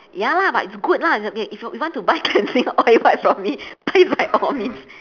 ya lah but it's good lah if if you you want to buy cleansing oil wipes from me pay please by all means